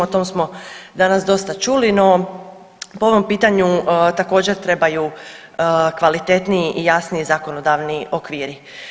O tom smo danas dosta čuli, no po ovom pitanju također trebaju kvalitetniji i jasniji zakonodavni okviri.